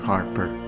Harper